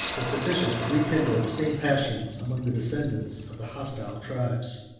was sufficient to rekindle the same passions among the descendants of the hostile tribes.